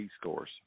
scores